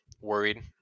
worried